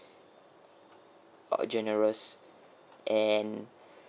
err generous and